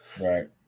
Right